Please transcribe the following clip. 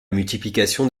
multiplication